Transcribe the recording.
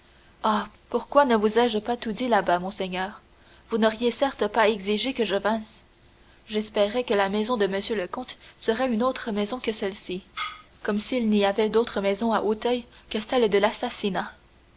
pourquoi ne vous ai-je pas tout dit là-bas monseigneur vous n'auriez certes pas exigé que je vinsse j'espérais que la maison de monsieur le comte serait une autre maison que celle-ci comme s'il n'y avait d'autre maison à auteuil que celle de l'assassinat